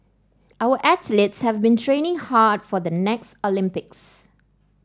our athletes have been training hard for the next Olympics